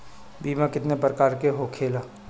बीमा केतना प्रकार के होखे ला?